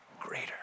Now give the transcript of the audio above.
greater